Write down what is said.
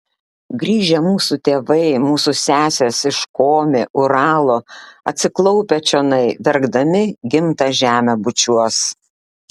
grįžę mūsų tėvai mūsų sesės iš komi uralo atsiklaupę čionai verkdami gimtą žemę bučiuos